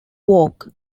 vogue